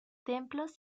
templos